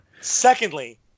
Secondly